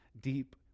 deep